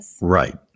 Right